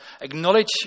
acknowledge